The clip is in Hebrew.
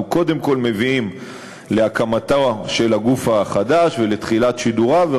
אנחנו קודם כול מביאים להקמתו של הגוף החדש ולתחילת שידוריו,